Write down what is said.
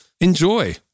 Enjoy